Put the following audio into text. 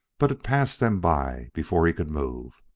but it passed them by before he could move.